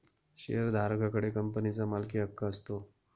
शेअरधारका कडे कंपनीचा मालकीहक्क असतो